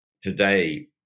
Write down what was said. today